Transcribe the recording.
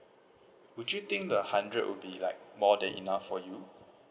would you think the hundred would be like more than enough for you